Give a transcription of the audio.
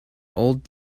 old